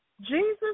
Jesus